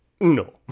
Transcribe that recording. No